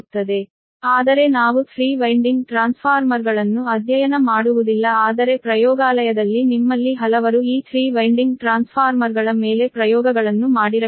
ಆದರೆ ನಾವು three winding ಟ್ರಾನ್ಸ್ಫಾರ್ಮರ್ಗಳನ್ನು ಅಧ್ಯಯನ ಮಾಡುವುದಿಲ್ಲ ಆದರೆ ಪ್ರಯೋಗಾಲಯದಲ್ಲಿ ನಿಮ್ಮಲ್ಲಿ ಹಲವರು ಈ ಥ್ರೀ ವೈನ್ಡಿಂಗ್ ಟ್ರಾನ್ಸ್ಫಾರ್ಮರ್ಗಳ ಮೇಲೆ ಪ್ರಯೋಗಗಳನ್ನು ಮಾಡಿರಬಹುದು